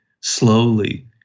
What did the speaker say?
slowly